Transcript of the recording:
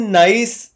nice